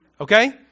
okay